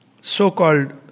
so-called